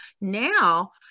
Now